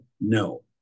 no